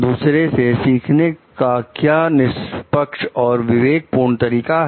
दूसरों से सीखने का क्या निष्पक्ष और विवेकपूर्ण तरीका है